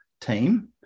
team